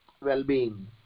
well-being